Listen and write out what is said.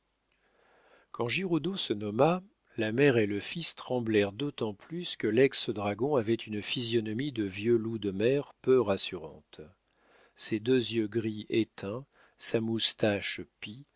giroudeau se nomma la mère et le fils tremblèrent d'autant plus que lex dragon avait une physionomie de vieux loup de mer peu rassurante ses deux yeux gris éteints sa moustache pie